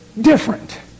different